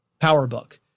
PowerBook